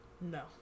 No